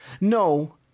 No